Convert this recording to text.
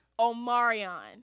Omarion